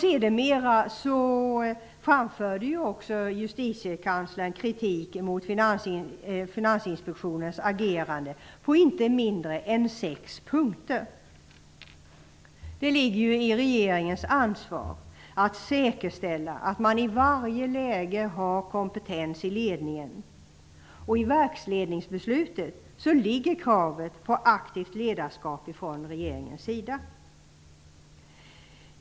Sedermera framförde Justitiekanslern kritik mot Finansinspektionens agerande på inte mindre än sex punkter. Det ligger på regeringens ansvar att säkerställa att man i varje läge har kompetens i ledningen, och i verksledningsbeslutet finns kravet på aktivt ledarskap från regeringens sida.